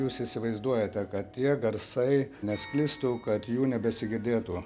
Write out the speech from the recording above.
jūs įsivaizduojate kad tie garsai nesklistų kad jų nebesigirdėtų